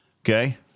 Okay